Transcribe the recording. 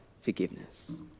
forgiveness